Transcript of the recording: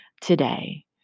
today